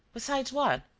besides what?